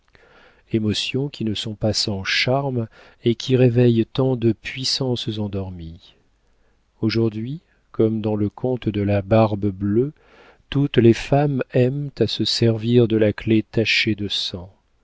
émotions qui ne sont pas sans charmes et qui réveillent tant de puissances endormies aujourd'hui comme dans le conte de la barbe-bleue toutes les femmes aiment à se servir de la clef tachée de sang